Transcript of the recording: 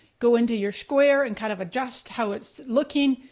go into your square and kind of adjust how it's looking,